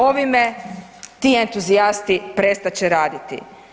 Ovime ti entuzijasti prestat će raditi.